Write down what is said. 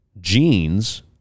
genes